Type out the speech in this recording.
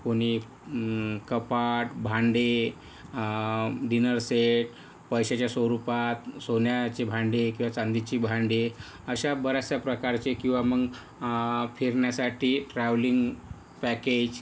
कोणी कपाट भांडी डिनर सेट पैशाच्या स्वरूपात सोन्याची भांडी किंवा चांदीची भांडी अशा बऱ्याचशा प्रकारचे किंवा मग फिरण्यासाठी ट्रॅव्हलिंग पॅकेज